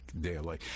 daily